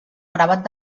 gravat